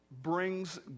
brings